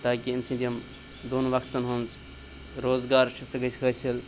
تاکہِ اَمہِ سٕنٛدۍ یِم دۄن وقتَن ہٕنٛز روزگار چھُ سُہ گژھِ حٲصِل